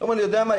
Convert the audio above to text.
אומר לי 'יודע מה,